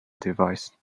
device